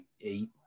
eight